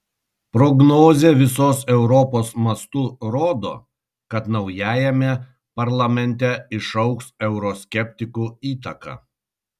prognozė visos europos mastu rodo kad naujajame parlamente išaugs euroskeptikų įtaka